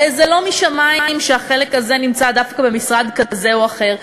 הרי זה לא משמים שהחלק הזה נמצא דווקא במשרד כזה או אחר,